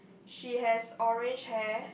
she has orange hair